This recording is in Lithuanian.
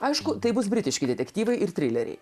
aišku tai bus britiški detektyvai ir trileriai